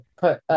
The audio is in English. put